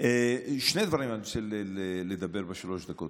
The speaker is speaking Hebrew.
על שני דברים אני רוצה לדבר בשלוש הדקות.